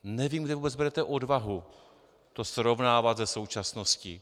Nevím, kde vůbec berete odvahu to srovnávat se současností.